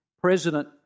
President